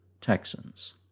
Texans